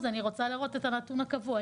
אני רוצה לראות את הנתון הקבוע.